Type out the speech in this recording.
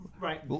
Right